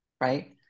Right